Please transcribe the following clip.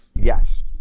Yes